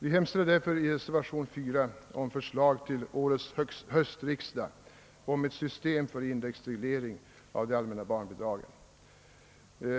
Vi hemställer därför i reservationen 4 om förslag till årets höstriksdag rörande ett system för index Herr tahnan!